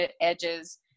edges